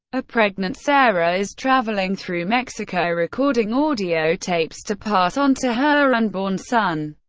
a pregnant sarah is traveling through mexico, recording audio tapes to pass on to her unborn son,